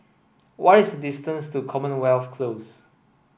what is the distance to Commonwealth Close